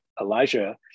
Elijah